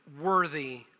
Worthy